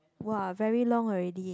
!woah! very long already